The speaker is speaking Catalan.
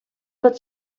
pot